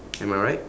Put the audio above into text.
am I right